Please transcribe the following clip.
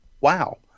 wow